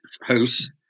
house